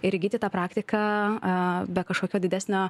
ir įgyti tą praktiką be kažkokio didesnio